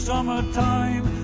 Summertime